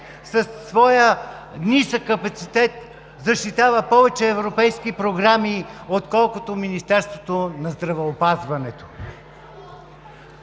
със своя нисък капацитет защитава повече европейски програми, отколкото Министерството на здравеопазването.